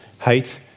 hate